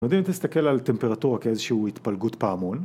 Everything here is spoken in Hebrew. נדמה אם תסתכל על טמפרטורה כאיזושהי התפלגות פעמון